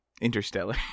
interstellar